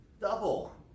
double